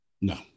No